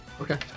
okay